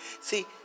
See